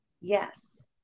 Yes